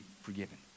forgiven